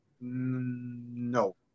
No